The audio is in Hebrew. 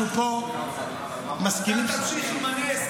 אנחנו פה מסכימים --- אתה תמשיך עם הנס,